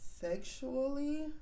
sexually